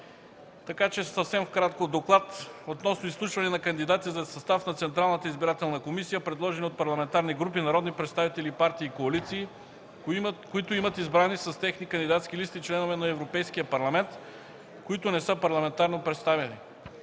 Така че, съвсем кратко: „ДОКЛАД относно изслушване на кандидати за състав на Централната избирателна комисия, предложени от парламентарни групи, народни представители и партии и коалиции, които имат избрани с техни кандидатски листи членове на Европейския парламент, които не са парламентарно представени